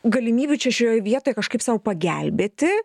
galimybių čia šioj vietoj kažkaip sau pagelbėti